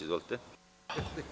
Izvolite.